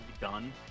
done